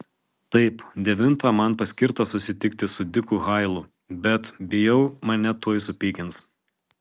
taip devintą man paskirta susitikti su diku hailu bet bijau mane tuoj supykins